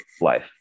life